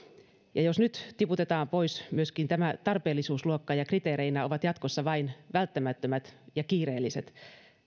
ja jos nyt tiputetaan pois myöskin tämä tarpeellisuusluokka ja kriteereinä ovat jatkossa vain välttämättömät ja kiireelliset